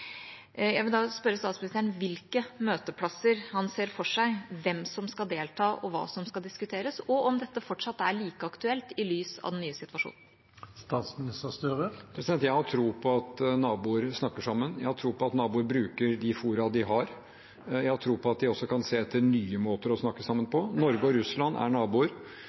Jeg vil da spørre statsministeren: Hvilke møteplasser ser han for seg, hvem skal delta, og hva skal diskuteres? Og er dette fortsatt like aktuelt i lys av den nye situasjonen? Jeg har tro på at naboer snakker sammen, jeg har tro på at naboer bruker de fora de har, jeg har tro på at de også kan se etter nye måter å snakke sammen på. Norge og Russland er naboer.